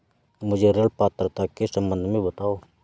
मुझे ऋण पात्रता के सम्बन्ध में बताओ?